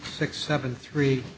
six seven three